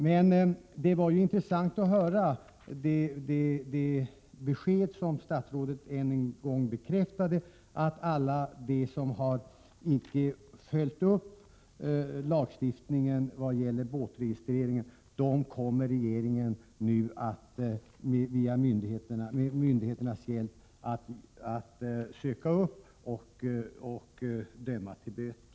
Men det var intressant att höra statsrådet än en gång bekräfta beskedet att regeringen nu med myndigheternas hjälp kommer att söka upp och döma alla dem till böter som icke har följt upp lagstiftningen i vad gäller båtregistreringen.